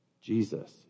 Jesus